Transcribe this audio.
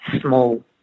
small